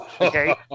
Okay